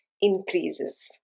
increases